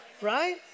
right